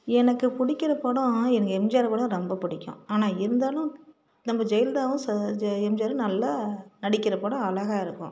எனக்கு பிடிக்கிற படம் எனக்கு எம்ஜிஆர் படம் ரொம்ப பிடிக்கும் ஆனால் இருந்தாலும் நம்ம ஜெயலலிதாவும் ச ஜ எம்ஜிஆரும் நல்லா நடிக்கின்ற படம் அழகாக இருக்கும்